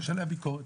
יש עליה ביקורת.